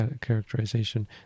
characterization